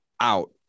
out